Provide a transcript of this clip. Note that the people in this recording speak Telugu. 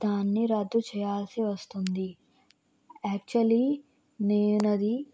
దాన్ని రద్దు చేయాల్సి వస్తుంది యాక్చువలీ నేనది